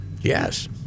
Yes